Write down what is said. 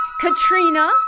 Katrina